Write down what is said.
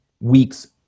week's